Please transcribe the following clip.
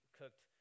cooked